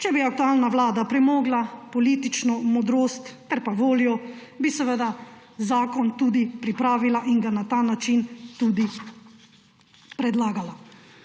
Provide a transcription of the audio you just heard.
če bi aktualna vlada premogla politično modrost ter voljo, bi zakon tudi pripravila in ga na ta način tudi predlagala.